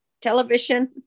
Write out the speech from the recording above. television